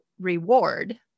reward